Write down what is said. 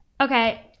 Okay